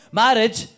marriage